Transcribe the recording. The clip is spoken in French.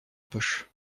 poche